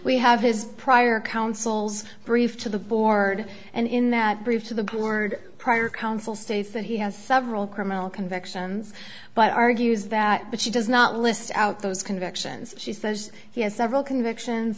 we have his prior counsel's brief to the board and in that brief to the board prior counsel states that he has several criminal convictions but argues that but she does not list out those convictions she says he has several convictions